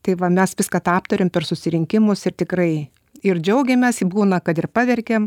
tai va mes viską tą aptariam per susirinkimus ir tikrai ir džiaugiamės būna kad ir paverkiam